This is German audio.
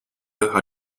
hatte